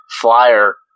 flyer